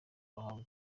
bahabwa